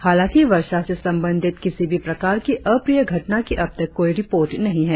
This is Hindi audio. हालांकि वर्षा से संबंधित किसी भी प्रकार की अप्रिय घटना की अबतक कोई रिपोर्ट नहीं है